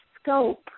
scope